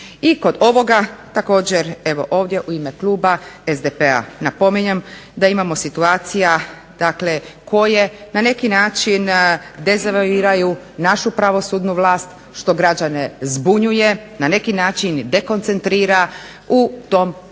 I kod ovoga također evo ovdje u ime kluba SDP-a napominjem da imamo situacija dakle koje na neki način dezavuiraju našu pravosudnu vlast što građane zbunjuje, na neki način dekoncentrira u tom poštivanju,